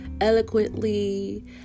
Eloquently